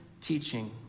teaching